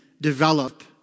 develop